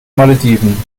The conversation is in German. malediven